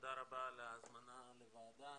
תודה רבה על ההזמנה לוועדה.